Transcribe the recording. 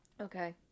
Okay